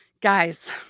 guys